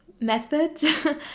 method